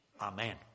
Amen